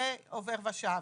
ועובר ושב,